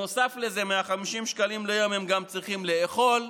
נוסף לזה מה-50 שקלים ליום הם צריכים גם לאכול.